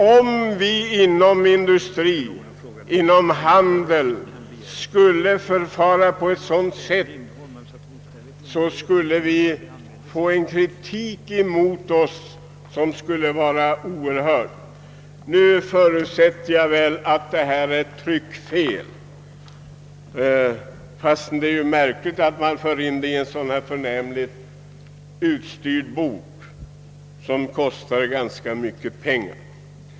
Om man inom industri och handel skulle förfara på detta sätt skulle man få oerhört stark kritik. Nu förutsätter jag att detta är ett tryckfel — fast det är märkligt att sådant förekommer i en så förnämligt utstyrd bok som kostar ganska mycket pengar.